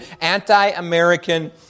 anti-American